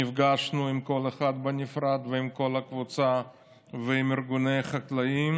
נפגשנו עם כל אחד בנפרד ועם כל הקבוצה ועם ארגוני חקלאים,